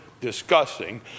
discussing